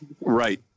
Right